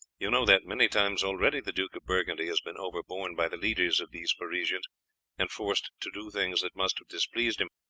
you know that many times already the duke of burgundy has been overborne by the leaders of these parisians and forced to do things that must have displeased him,